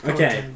Okay